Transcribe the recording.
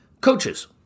Coaches